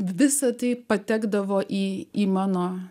visa tai patekdavo į mano